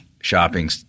shopping